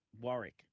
Warwick